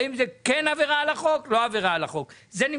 האם זאת כן עבירה על החוק או לא עבירה על החוק.